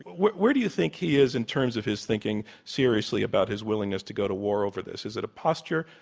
where where do you think he is in terms of his thinking seriously about his willingness to go to war over this? is it a posture,